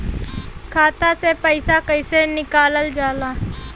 खाता से पैसा कइसे निकालल जाला?